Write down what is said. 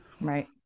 Right